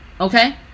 okay